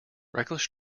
reckless